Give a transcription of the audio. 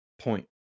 point